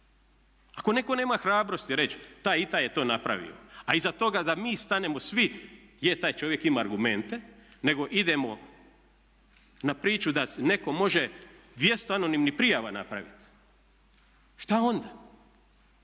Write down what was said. Ako netko nema hrabrosti reći taj i taj je to napravio a iza toga da mi stanemo svi je taj čovjek ima argumente nego idemo na priču da netko može 200 anonimnih prijava napraviti. Šta onda?